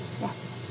Yes